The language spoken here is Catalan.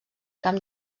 camp